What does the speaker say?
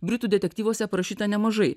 britų detektyvuose aprašyta nemažai